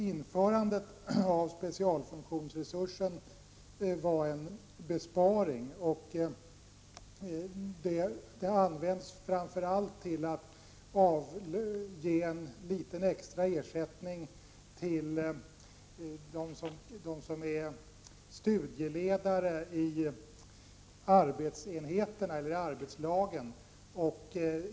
Införandet av specialfunktionsresursen var en besparing, och den används framför allt för att ge en liten extra ersättning till dem som är studieledare i arbetslagen.